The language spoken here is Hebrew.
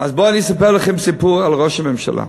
בואו אני אספר לכם סיפור על ראש הממשלה.